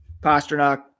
Pasternak